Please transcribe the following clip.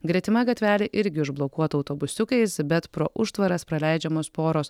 gretima gatvelė irgi užblokuota autobusiukais bet pro užtvaras praleidžiamos poros